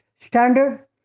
standard